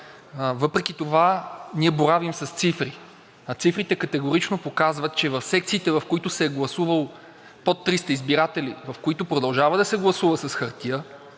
Въпреки това ние боравим с цифри, а цифрите категорично показват, че в секциите, в които се е гласувало под 300 избиратели, в които продължава да се гласува с хартия,